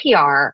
PR